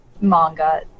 manga